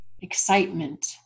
excitement